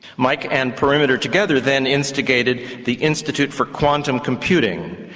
mike and perimeter together then instigated the institute for quantum computing,